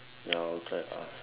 ya I will try ask